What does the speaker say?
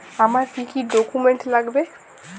আমার কি কি ডকুমেন্ট লাগবে?